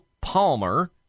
Palmer